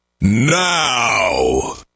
now